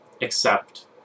accept